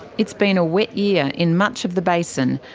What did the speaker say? it's been a wet year in much of the basin.